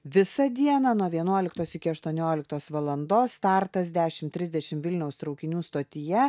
visą dieną nuo vienuoliktos iki aštuonioliktos valandos startas dešim trisdešim vilniaus traukinių stotyje